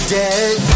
dead